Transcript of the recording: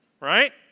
right